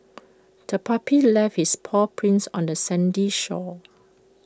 the puppy left its paw prints on the sandy shore